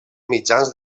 mitjans